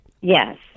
Yes